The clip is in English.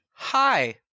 Hi